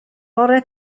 bore